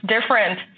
different